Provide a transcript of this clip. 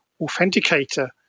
authenticator